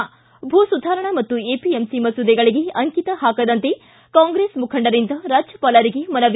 ಿ ಭೂ ಸುಧಾರಣಾ ಮತ್ತು ಎಪಿಎಂಸಿ ಮಸೂದೆಗಳಿಗೆ ಅಂಟಿತ ಪಾಕದಂತೆ ಕಾಂಗ್ರೆಸ್ ಮುಖಂಡರಿಂದ ರಾಜ್ಯವಾಲರಿಗೆ ಮನವಿ